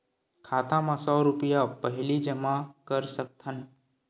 खाता मा सौ रुपिया पहिली जमा कर सकथन?